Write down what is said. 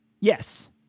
Yes